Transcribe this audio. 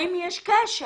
האם יש קשר